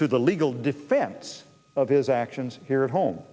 to the legal defense of his actions here at home